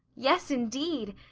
yes, indeed.